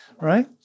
right